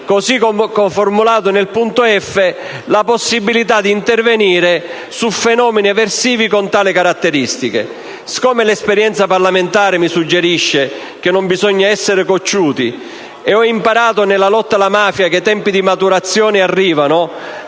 così come formulato nella lettera *f)*, la possibilità di intervenire su fenomeni eversivi con quelle caratteristiche. Siccome l'esperienza parlamentare mi suggerisce che non bisogna essere cocciuti, e ho imparato nella lotta alla mafia che i tempi di maturazione arrivano,